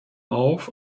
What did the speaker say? auf